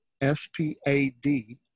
S-P-A-D